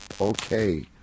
Okay